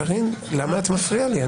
קארין, למה את מפריעה לי?